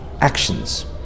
actions